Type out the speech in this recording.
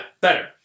Better